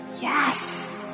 yes